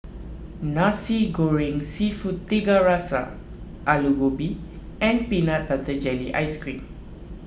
Nasi Goreng Seafood Tiga Rasa Aloo Gobi and Peanut Butter Jelly Ice Cream